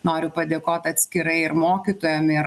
noriu padėkot atskirai ir mokytojam ir